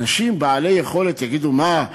אנשים בעלי יכולת יגידו: מה,